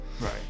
right